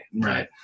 Right